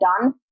done